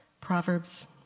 Proverbs